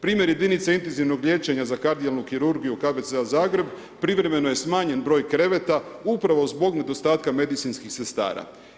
Primjer jedinice intenzivnog liječenja za kardijalnu kirurugiju KBC-a Zagreb privremeno je smanjen broj kreveta upravo zbog nedostatka medicinskih sestara.